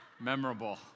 memorable